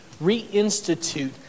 reinstitute